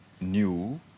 new